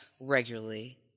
regularly